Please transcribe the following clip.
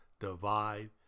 divide